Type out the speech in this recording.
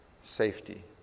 safety